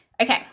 Okay